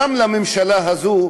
גם לממשלה הזאת,